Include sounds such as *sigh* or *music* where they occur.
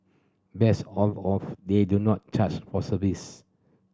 best of all *unintelligible* they do not charge for service